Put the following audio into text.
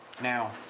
Now